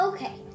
Okay